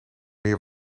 meer